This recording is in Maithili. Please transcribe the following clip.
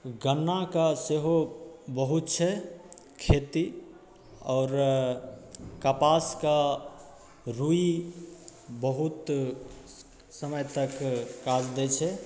गन्ना कऽ सेहो बहुत छै खेती आओर कपास कऽ रुइ बहुत समय तक काज दै छै